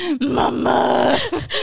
mama